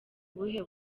ubuhe